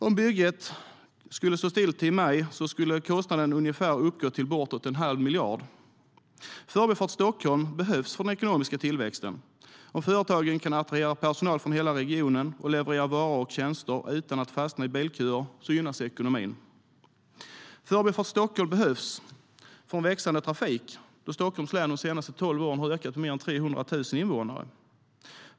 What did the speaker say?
Om bygget skulle stå still till maj skulle kostnaden uppgå till bortåt en halv miljard. Förbifart Stockholm behövs för den ekonomiska tillväxten. Om företagen kan attrahera personal från hela regionen och leverera varor och tjänster utan att fastna i bilköer gynnas ekonomin. Förbifart Stockholm behövs för en växande trafik, då befolkningen i Stockholms län de senaste tolv åren har ökat med mer än 300 000 invånare.